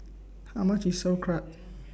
How much IS Sauerkraut